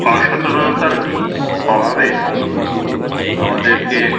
অসচেতনতার অভাবে আমাদেরকে